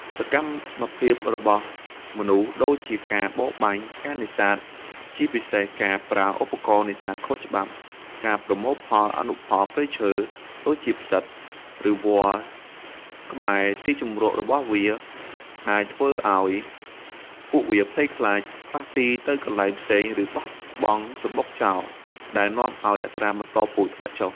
សកម្មភាពរបស់មនុស្ស ដូចជាការបរបាញ់ ការនេសាទ ជាពិសេសការប្រើឧបករណ៍នេសាទខុសច្បាប់ ការប្រមូលផលអនុផលព្រៃឈើ ដូចជាផ្សិត ឬវល្លិ៍ក្បែរទីជម្រករបស់វា អាចធ្វើឲ្យពួកវាភ័យខ្លាច ផ្លាស់ទីទៅកន្លែងផ្សេង ឬបោះបង់សម្បុកចោល ដែលនាំឲ្យអត្រាបន្តពូជធ្លាក់ចុះ។